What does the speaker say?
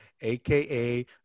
aka